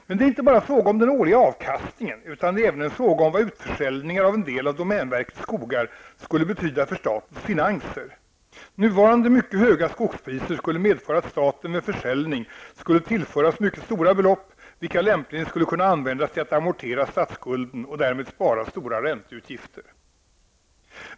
Det är dock inte bara fråga om den årliga avkastningen utan också om vad utförsäljningar av en del av domänverkets skogar skulle betyda för statens finanser. Nuvarande mycket höga skogspriser skulle medföra att staten vid försäljning skulle tillföras mycket stora belopp, vilka lämpligen skulle kunna användas till att amortera av på statsskulden. Därmed skulle man besparas stora ränteutgifter.